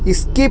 skip